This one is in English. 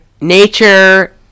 Nature